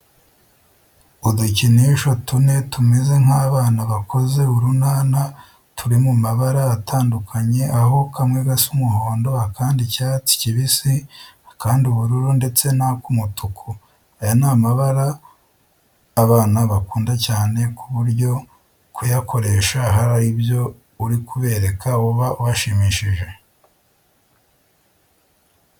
Udukinisho tune tumeze nk'abana bakoze urunana turi mu mabara atandukanye aho kamwe gasa umuhondo, akandi icyatsi kibisi, akandi ubururu ndetse n'ak'umutuku. Aya ni amabara abana bakunda cyane ku buryo kuyakoresha hari ibyo uri kubereka uba ubashimishije.